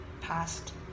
past